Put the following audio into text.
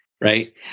right